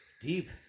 Deep